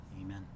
Amen